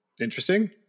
interesting